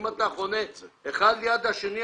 אם אתה חונה אחד ליד השני,